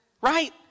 Right